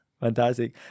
Fantastic